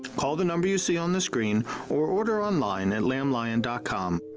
call the number you see on the screen or order online at lamblion and com.